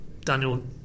Daniel